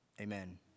amen